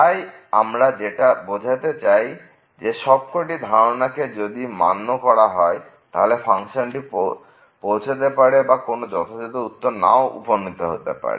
তাই আমরা যেটা বোঝাতে চাই যে সবকটি ধারণা কে যদি মান্য না করা হয় তাহলে ফাংশনটি পৌঁছতে পারে বা কোন যথাযথ উত্তরে নাও উপনীত হতে পারে